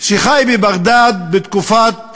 שחי בבגדאד בתקופת